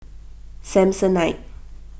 Samsonite